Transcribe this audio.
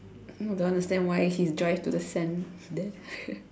not don't understand why he drive to the sand there